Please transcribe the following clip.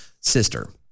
sister